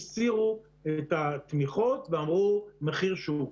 הסירו את התמיכות ואמרו: מחיר שוק.